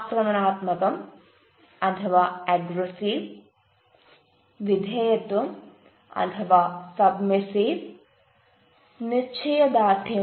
ആക്രമണാത്മകം വിധേയത്വംsubmissive നിശ്ചയദാർഢ്യം